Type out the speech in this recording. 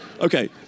Okay